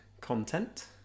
content